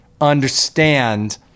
understand